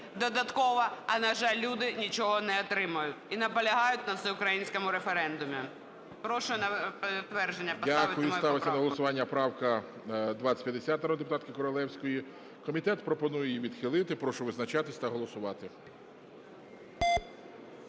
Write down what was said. додатково, а, на жаль, люди нічого не отримають і наполягають на всеукраїнському референдумі. Прошу на підтвердження поставити мою поправку. ГОЛОВУЮЧИЙ. Дякую. Ставиться на голосування правка 2050 народної депутатки Королевської. Комітет пропонує її відхилити. Прошу визначатись та голосувати.